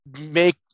make